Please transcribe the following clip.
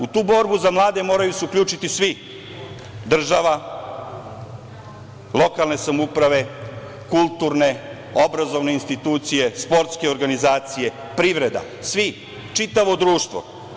U tu borbu za mlade moraju se uključiti svi, država, lokalne samouprave, kulturne, obrazovne institucije, sportske organizacije, privreda, svi, čitavo društvo.